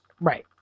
Right